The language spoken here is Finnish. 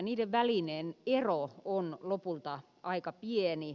niiden välinen ero on lopulta aika pieni